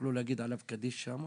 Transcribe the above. שיוכלו להגיד עליו קדיש שם